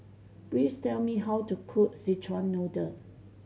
please tell me how to cook Szechuan Noodle